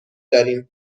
داریم